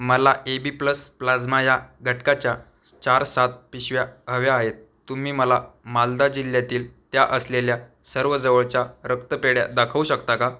मला A B plus plasma या घटकाच्या चार सात पिशव्या हव्या आहेत तुम्ही मला मालदा जिल्ह्यातील त्या असलेल्या सर्व जवळच्या रक्तपेढ्या दाखवू शकता का